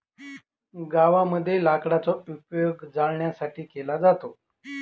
गावामध्ये लाकडाचा उपयोग जळणासाठी केला जातो